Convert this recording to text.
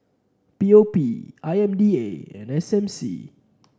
P O P I M D A and S M C